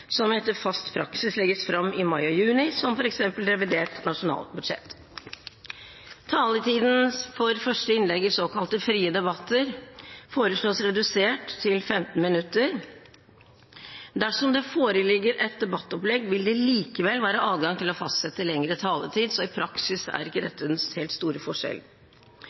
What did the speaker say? som etter fast praksis legges fram i mai og juni, som f.eks. revidert nasjonalbudsjett. Taletiden for første innlegg i såkalte frie debatter foreslås redusert til 15 minutter. Dersom det foreligger et debattopplegg, vil det likevel være adgang til å fastsette lengre taletid, så i praksis er ikke dette den helt store